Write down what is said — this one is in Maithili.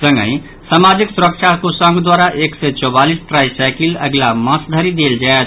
संगहि सामाजिक सुरक्षा कोषांग द्वारा एक सय चौवालीस ट्राई साईकिल अगिला मास धरि देल जायत